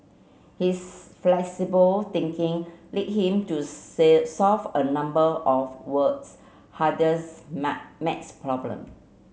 his flexible thinking led him to solve a number of world's hardest maths problem